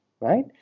right